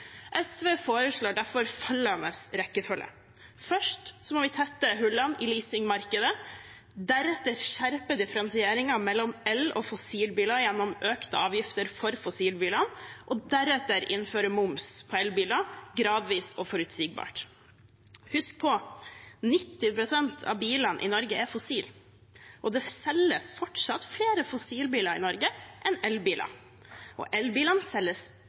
SV foreslår derfor følgende rekkefølge: Først må vi tette hullene i leasingmarkedet, deretter skjerpe differensieringen mellom el- og fossilbiler gjennom økte avgifter for fossilbilene og deretter innføre moms på elbiler, gradvis og forutsigbart. Husk på: 90 pst. av bilene i Norge er fossile, og det selges fortsatt flere fossilbiler i Norge enn elbiler. Elbilene selger best i bilsegmentene med de minste bilene. Mellomklassebiler og